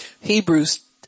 Hebrews